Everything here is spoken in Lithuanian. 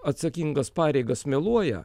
atsakingas pareigas meluoja